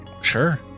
Sure